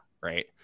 right